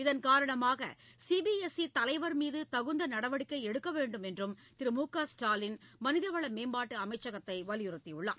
இதன்காரணமாக C B S E தலைவர் மீது தகுந்த நடவடிக்கை எடுக்கவேண்டும் என்றும் திரு மு க ஸ்டாலின் மனிதவள மேம்பாட்டு அமைச்சகத்தை வலியுறுத்தி உள்ளார்